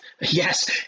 yes